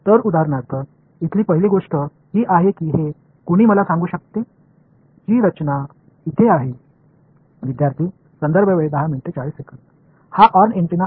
எனவே எடுத்துக்காட்டாக இங்கே முதல் விஷயம் இங்கே உள்ள அமைப்பு என்னவென்று யார் வேண்டுமானாலும் என்னிடம் சொல்ல முடியும் Student இது ஒரு ஹார்ன் ஆண்டெனா